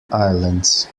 islands